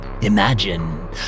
Imagine